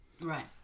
Right